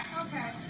Okay